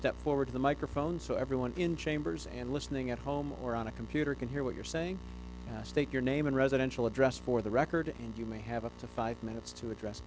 step forward to the microphone so everyone in chambers and listening at home or on a computer can hear what you're saying state your name and residential address for the record and you may have a five minutes to address